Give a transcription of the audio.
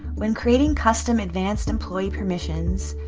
when creating custom advanced employee permissions,